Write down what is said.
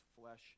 flesh